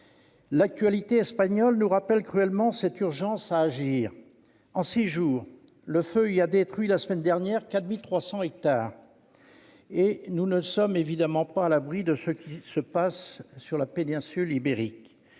L'actualité espagnole nous rappelle cruellement cette urgence à agir : en six jours, le feu y a détruit la semaine dernière quatre mille trois cents hectares. Et nous ne sommes évidemment pas à l'abri de ce qui se passe sur la péninsule ibérique.